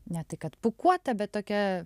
ne tai kad pūkuota bet tokia